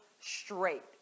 straight